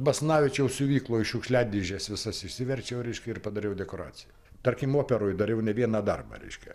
basanavičiaus siuvykloj šiukšliadėžes visas išsiverčiau reiškia ir padariau dekoraciją tarkim operoj dariau ne vieną darbą reiškia